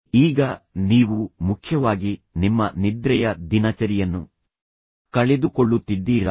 ಈಗ ನೀವು ಮುಖ್ಯವಾಗಿ ನಿಮ್ಮ ನಿದ್ರೆಯ ದಿನಚರಿಯನ್ನು ಕಳೆದುಕೊಳ್ಳುತ್ತಿದ್ದೀರಾ